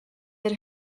had